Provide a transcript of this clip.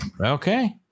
Okay